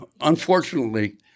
Unfortunately